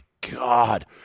God